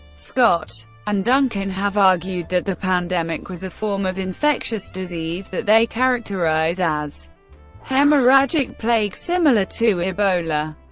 scott and duncan have argued that the pandemic was a form of infectious disease that they characterise as as hemorrhagic plague similar to ebola.